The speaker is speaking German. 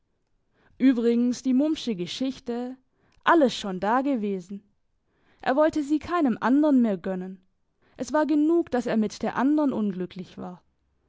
übrigens die mummsche geschichte alles schon dagewesen er wollte sie keinem andern mehr gönnen es war genug dass er mit der andern unglücklich war